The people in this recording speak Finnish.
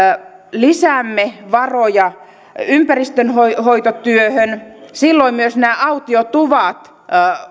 lisäämme varoja ympäristönhoitotyöhön silloin myös nämä autiotuvat